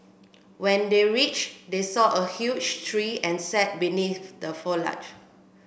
when they reached they saw a huge tree and sat beneath the foliage